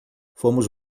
fomos